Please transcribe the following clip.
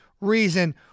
reason